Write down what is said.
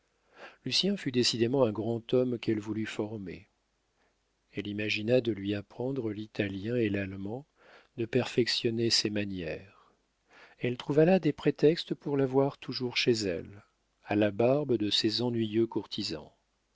fois lucien fut décidément un grand homme qu'elle voulut former elle imagina de lui apprendre l'italien et l'allemand de perfectionner ses manières elle trouva là des prétextes pour l'avoir toujours chez elle à la barbe de ses ennuyeux courtisans